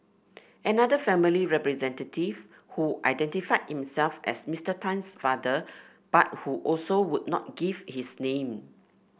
another family representative who identified himself as Mr Tan's father but who also would not give his name